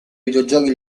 videogiochi